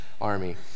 army